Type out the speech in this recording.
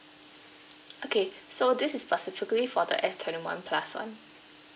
okay so this is specifically for the S twenty one plus [one]